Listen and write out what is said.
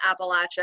Appalachia